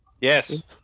Yes